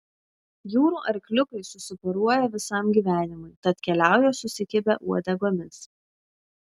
jūrų arkliukai susiporuoja visam gyvenimui tad keliauja susikibę uodegomis